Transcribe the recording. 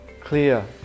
clear